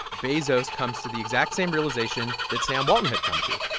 bezos comes to the exact same realization that sam walton had come to.